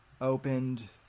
opened